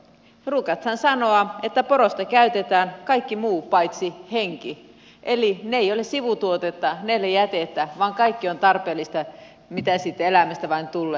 ruukataan sanoa että porosta käytetään kaikki muu paitsi henki eli ne eivät ole sivutuotetta ne eivät ole jätettä vaan kaikki on tarpeellista mitä siitä eläimestä vain tulee